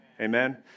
Amen